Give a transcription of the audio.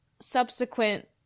subsequent